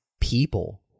people